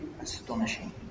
astonishing